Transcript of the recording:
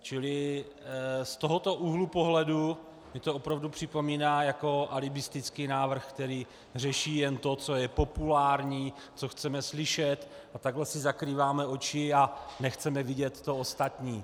Čili z tohoto úhlu pohledu mi to opravdu připomíná jako alibistický návrh, který řeší jen to, co je populární, co chceme slyšet, a takhle si zakrýváme oči a nechceme vidět to ostatní.